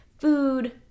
food